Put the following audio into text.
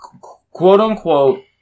quote-unquote